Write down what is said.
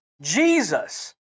Jesus